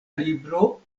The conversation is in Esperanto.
libro